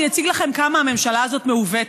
אני אציג לכם כמה הממשלה הזאת מעוותת.